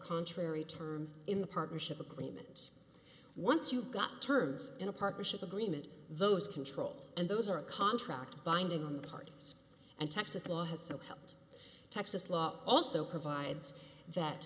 contrary terms in the partnership agreements once you've got terms in a partnership agreement those control and those are a contract binding on the parts and texas law has helped texas law also provides that